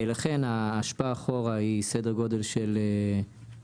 לכן ההשפעה אחורה היא בסדר גודל של מעל